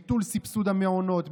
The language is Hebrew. ביטול סבסוד המעונות,